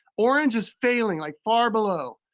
orange is failing, like far below.